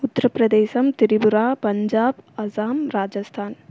Uttar Pradesh Tripura Punjab Assam Rajasthan